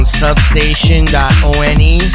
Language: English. substation.one